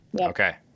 Okay